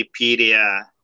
Wikipedia